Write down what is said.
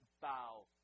bow